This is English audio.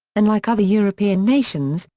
unlike other european nations,